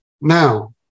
Now